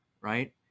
right